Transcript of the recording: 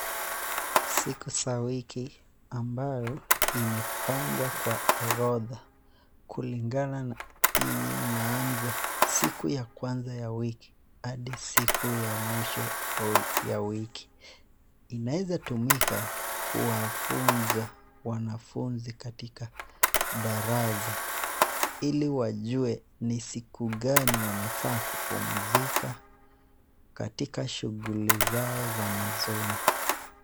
Siku za wiki ambazo zimepangwa kwa orodha, kulingana na yenye inaanza siku ya kwanza ya wiki hadi siku ya mwisho ya wiki, inaeza tumika kuwafunza wanafunzi katika darasa ili wajue ni siku gani wanafaa kupumzika katikati shughuli zao za masomo.